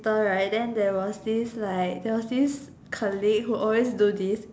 then there was this like there was this colleague who always do this